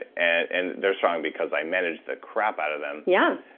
ah and and they're strong because i managed the crap out of them yeah.